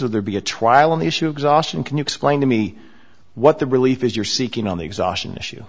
or there be a trial on the issue exhaustion can you explain to me what the relief is you're seeking on the exhaustion issue